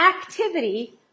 activity